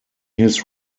his